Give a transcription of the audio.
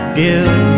give